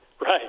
Right